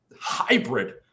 hybrid –